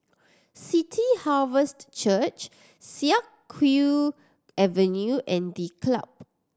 City Harvest Church Siak Kew Avenue and The Club